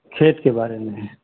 खेत के बारे में है